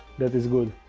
that is good.